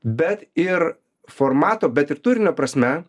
bet ir formato bet ir turinio prasme